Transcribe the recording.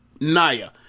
Naya